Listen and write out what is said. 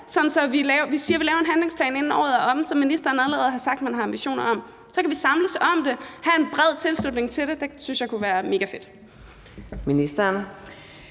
at vi siger, at vi laver en handlingsplan, inden året er omme, som ministeren allerede har sagt at man har ambitioner om? Så kan vi samles om det og have en bred tilslutning til det. Det synes jeg kunne være mega fedt.